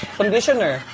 conditioner